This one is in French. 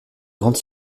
grandes